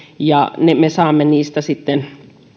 ja me saamme niistä sitten